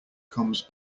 comes